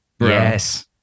Yes